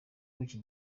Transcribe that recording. wiki